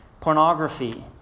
pornography